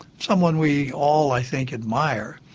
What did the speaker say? someone we all i think admire,